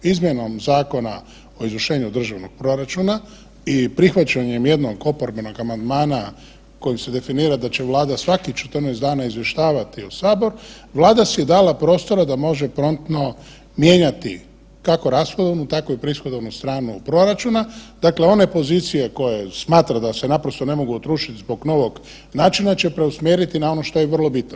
Izmjenom Zakona o izvršenju državnog proračuna i prihvaćanjem jednog oporbenog amandmana kojim se definira da će Vlada svakih 14 dana izvještavati sabor, Vlada si je dala prostora da može promptno mijenjati kako rashodovnu tako i prihodovnu stranu proračuna, dakle one pozicije koje smatra da se naprosto ne mogu … [[Govornik se ne razumije]] zbog novog načina će preusmjerit na ono što je vrlo bitno.